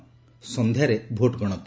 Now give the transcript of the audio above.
ସନ୍ଧ୍ୟାରେ ଭୋଟ୍ ଗଣତି